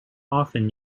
often